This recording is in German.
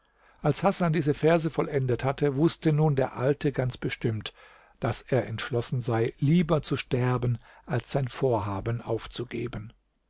als hasan diese verse vollendet hatte wußte nun der alte ganz bestimmt daß er entschlossen sei lieber zu sterben als sein vorhaben aufzugeben